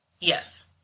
yes